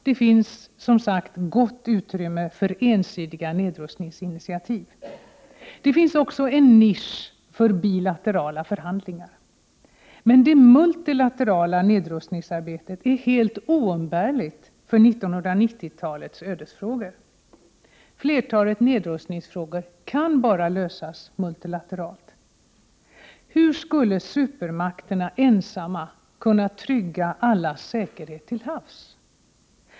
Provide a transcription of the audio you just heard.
Det finns, som sagt, gott om utrymme för ensidiga nedrustningsinitiativ. Men det finns också en nisch för bilaterala förhandlingar. Det multilaterala nedrustningsarbetet är dock helt oumbärligt för 1990-talets ödesfrågor. Flertalet nedrustningsfrågor kan bara lösas multilateralt. Hur skulle supermakterna ensamma kunna trygga allas säkerhet till havs?